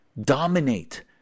dominate